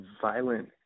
violent